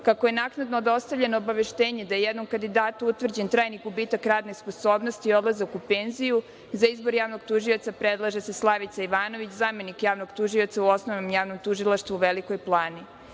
Kako je naknadno dostavljeno obaveštenje da je jednom kandidatu utvrđen trajni gubitak radne sposobnosti i odlazak u penziju, za izbor javnog tužioca predlaže se Slavica Ivanović, zamenik javnog tužioca u Osnovnom javnom tužilaštvu u Velikoj Plani.Za